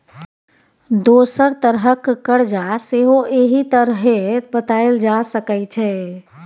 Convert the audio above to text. दोसर तरहक करजा सेहो एहि तरहें बताएल जा सकै छै